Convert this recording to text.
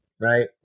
right